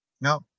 No